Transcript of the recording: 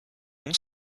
non